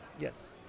Yes